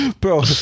Bro